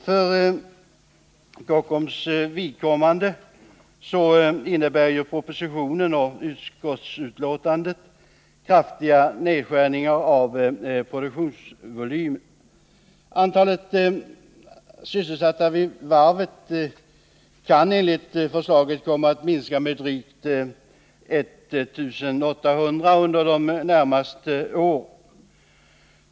För Kockums vidkommande innebär propositionen och utskottsbetänkandet kraftiga nedskärningar av produktionsvolymen. Antalet sysselsatta vid varvet kan enligt förslaget komma att minska med drygt 1800 under de närmaste åren.